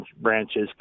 branches